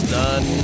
done